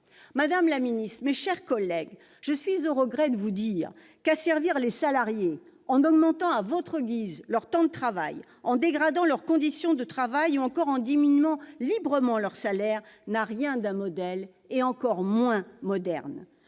Madame la ministre, mes chers collègues, je suis au regret de vous dire qu'asservir les salariés en augmentant à votre guise leur temps de travail, en dégradant leurs conditions de travail ou encore en diminuant librement leur salaire, n'a rien d'un modèle et n'est en rien moderne.